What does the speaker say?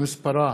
שמספרה